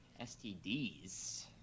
STDs